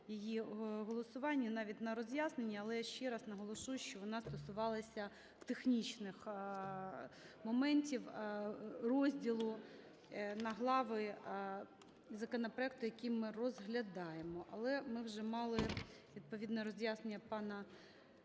її голосуванні, навіть на роз'ясненні, але я ще раз наголошу, що вона стосувалася технічних моментів розділу на глави законопроекту, який ми розглядаємо. Але ми вже мали відповідне роз'яснення пана